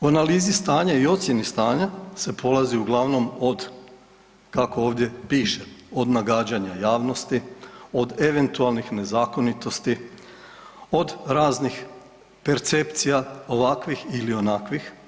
U analizi stanja i ocjeni stanja se polazi uglavnom od kako ovdje piše od nagađanja javnosti, od eventualnih nezakonitosti, od raznih percepcija ovakvih ili onakvih.